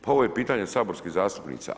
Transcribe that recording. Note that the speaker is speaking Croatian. Pa ovo je pitanje saborskih zastupnica.